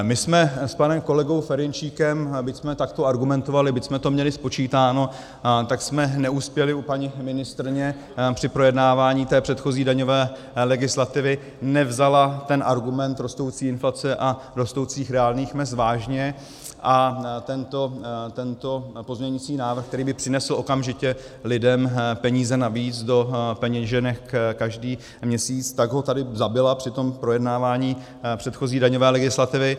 My jsme s panem kolegou Ferjenčíkem, byť jsme takto argumentovali, byť jsme to měli spočítáno, tak jsme neuspěli u paní ministryně při projednávání té předchozí daňové legislativy, nevzala ten argument rostoucí inflace a rostoucích reálných mezd vážně a tento pozměňující návrh, který by přinesl okamžitě lidem peníze navíc do peněženek každý měsíc, tady zabila při tom projednávání předchozí daňové legislativy.